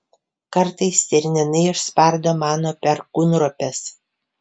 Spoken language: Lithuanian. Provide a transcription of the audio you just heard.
kartais stirninai išspardo mano perkūnropes